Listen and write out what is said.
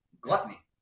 gluttony